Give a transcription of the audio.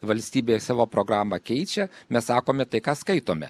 valstybė savo programą keičia mes sakome tai ką skaitome